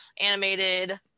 animated